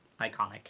Iconic